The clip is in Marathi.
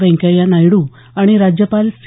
व्यंकय्या नायडू आणि राज्यपाल सी